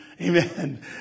Amen